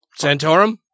Santorum